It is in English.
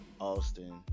Austin